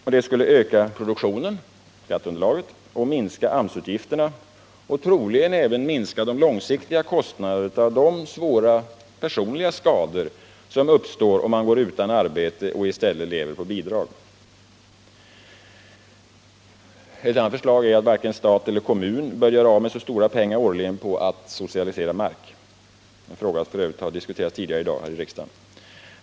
Detta skulle öka produxtionen — skatteunderlaget —, minska AMS-utgifterna och troligen även minska långsiktiga kostnader av de svåra personliga skador som uppsrår om man går utan arbete och i stället lever på bidrag. Ett annat förslag är att varken stat eller kommun bör göra av med så stora pengarårligen på att socialisera verk. Den frågan har f. ö. diskuterats tidigare i dag här i riksdagen.